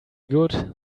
good